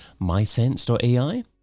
MySense.ai